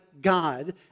God